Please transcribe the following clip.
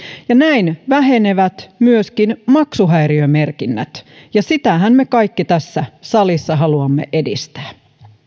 näin vähenevät myöskin maksuhäiriömerkinnät ja sitähän me kaikki tässä salissa haluamme edistää